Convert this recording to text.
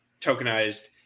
tokenized